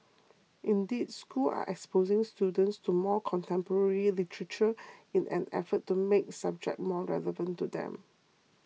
indeed schools are exposing students to more contemporary literature in an effort to make subject more relevant to them